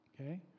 Okay